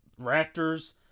Raptors